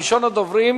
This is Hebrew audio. ראשון הדוברים,